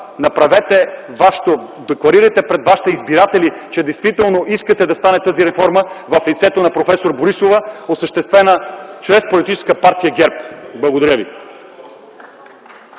декларирайте пред вашите избиратели, че действително искате да стане тази реформа в лицето на проф. Борисова, осъществена чрез политическа партия ГЕРБ! Благодаря Ви.